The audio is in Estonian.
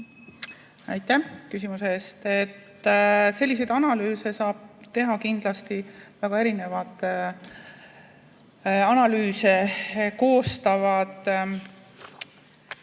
Aitäh küsimuse eest! Selliseid analüüse saavad teha kindlasti väga erinevad analüüse koostavad